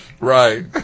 Right